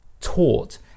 taught